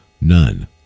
None